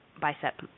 bicep